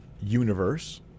universe